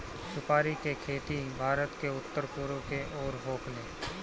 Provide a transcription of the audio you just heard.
सुपारी के खेती भारत के उत्तर पूरब के ओर होखेला